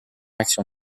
action